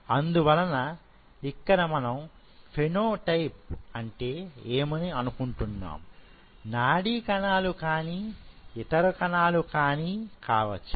అందువలన ఇక్కడ మనం ఫేనో టైప్ అంటే ఏమని అనుకుంటున్నాం నాడీ కణాలు కానీ ఇతర కణాలు కానీ కావచ్చు